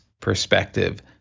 perspective